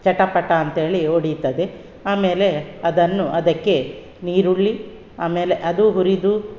ಚಟಪಟ ಅಂಥೇಳಿ ಹೊಡಿತದೆ ಆಮೇಲೆ ಅದನ್ನು ಅದಕ್ಕೆ ಈರುಳ್ಳಿ ಆಮೇಲೆ ಅದು ಹುರಿದು